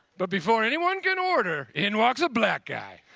but before anyone can order, in walks a black guy,